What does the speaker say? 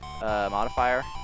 modifier